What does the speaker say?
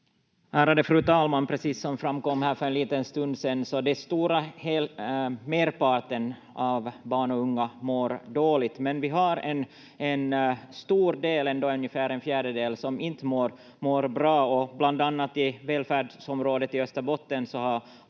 Ärade fru talman! Precis som framkom här för en liten stund sedan mår den stora merparten av barn och unga bra, men vi har ändå en stor del — ungefär en fjärdedel — som inte mår bra. Bland annat i välfärdsområdet i Österbotten